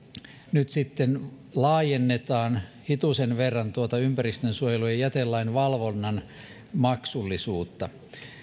nyt sitten laajennetaan hitusen verran tuota ympäristönsuojelu ja jätelain valvonnan maksullisuutta